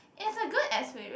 is a good experience